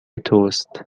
توست